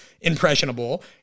impressionable